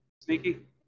sneaky